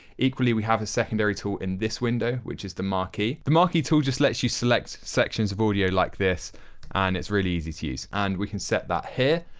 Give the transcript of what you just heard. equally we have a secondary tool in this window which is the marquee. the marquee tool just lets you select sections of audio like this and it's really easy to use. and we can set that here.